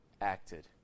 acted